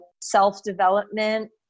self-development